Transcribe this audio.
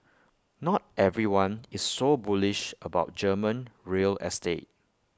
not everyone is so bullish about German real estate